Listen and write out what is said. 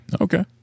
Okay